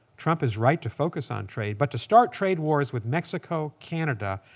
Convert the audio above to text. trump is right to focus on trade. but to start trade wars with mexico, canada,